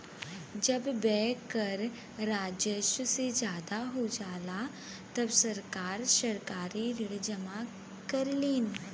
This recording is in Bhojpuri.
जब व्यय कर राजस्व से ज्यादा हो जाला तब सरकार सरकारी ऋण जमा करलीन